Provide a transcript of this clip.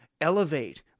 elevate